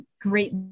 great